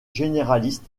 généraliste